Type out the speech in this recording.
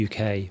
UK